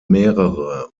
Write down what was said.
mehrere